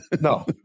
No